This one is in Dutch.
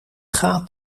gaat